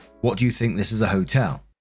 what-do-you-think-this-is-a-hotel